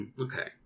okay